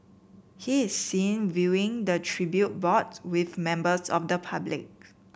he is seen viewing the tribute board with members of the public